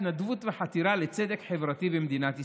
התנדבות וחתירה לצדק חברתי במדינת ישראל".